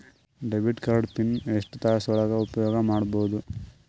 Debit card pin ಎಷ್ಟ ತಾಸ ಒಳಗ ಉಪಯೋಗ ಮಾಡ್ಬಹುದು?